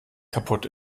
kaputt